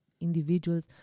individuals